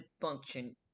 function